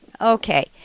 Okay